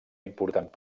important